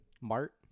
mart